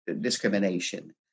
discrimination